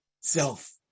self